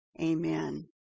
Amen